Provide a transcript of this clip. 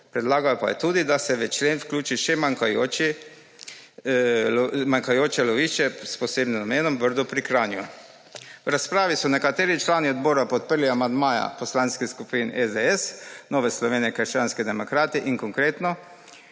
Predlagal pa je tudi, da se v člen vključi še manjkajoče lovišče s posebnim namenom Brdo pri Kranju. V razpravi so nekateri člani odbora podprli amandmaja poslanskih skupin SDS, Nove Slovenije – krščanskih demokratov in Konkretno